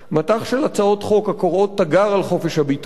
מטח של הצעות חוק הקוראות תיגר על חופש הביטוי,